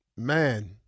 Man